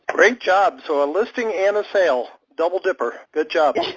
great job so a listing and a sale double dipper, good job. yeah,